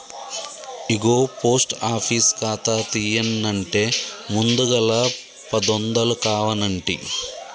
ఇగో post office ఖాతా తీయన్నంటే ముందుగల పదొందలు కావనంటి